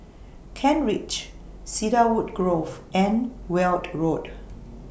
Kent Ridge Cedarwood Grove and Weld Road